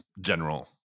general